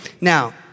Now